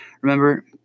Remember